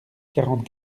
quarante